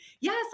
Yes